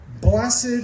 Blessed